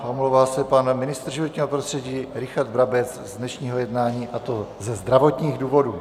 Omlouvá se pan ministr životního prostředí Richard Brabec z dnešního jednání, a to ze zdravotních důvodů.